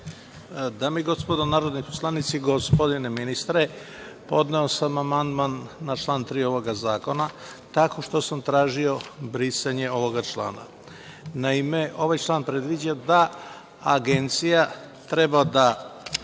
Dame i gospodo narodni poslanici, gospodine ministre, podneo sam amandman na član 3. ovoga zakona, tako što sam tražio brisanje ovoga člana. Naime, ovaj član predviđa da agencija treba da